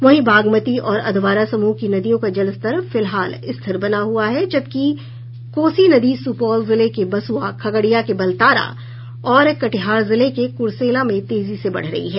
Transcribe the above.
वहीं बागमती और अधवरा समूह की नदियों का जलस्तर फिलहाल स्थिर बना हुआ है जबकि कोसी नदी सुपौल जिले के बसुआ खगड़िया के बलतारा और कटिहार जिले के कुरसेला में तेजी से बढ़ रही है